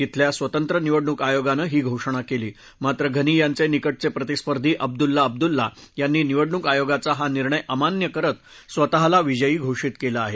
तिथल्या स्वतंत्र निवडणूक आयोगानं ही घोषणा केली मात्र घनी यांचे निकटचे प्रतिस्पर्धी अब्दुल्ला अब्दुल्ला यांनी निवडणूक आयोगाचा हा निर्णय अमान्य करत स्वतःला विजयी घोषित केलं आहे